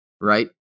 right